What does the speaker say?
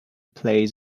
play